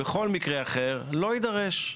בכל מקרה אחר, לא יידרש.